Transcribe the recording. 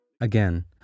Again